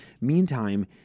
Meantime